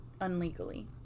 unlegally